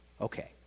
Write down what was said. Okay